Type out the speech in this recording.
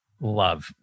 love